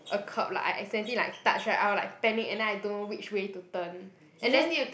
a curb like I accidentally like touch right I will like panic and then I don't know which way to turn and then